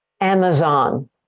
Amazon